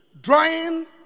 drawing